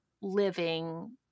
living